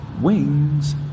wings